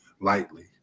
lightly